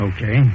Okay